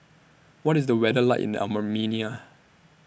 What IS The weather like in Armenia